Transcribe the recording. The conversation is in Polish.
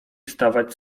stawać